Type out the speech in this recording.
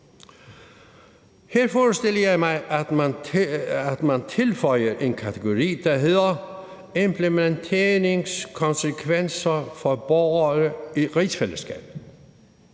Her forestiller jeg mig, at man tilføjer en kategori, der hedder: implementeringskonsekvenser for borgere i rigsfællesskabet.